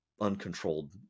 uncontrolled